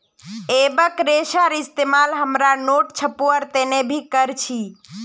एबेक रेशार इस्तेमाल हमरा नोट छपवार तने भी कर छी